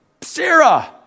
Sarah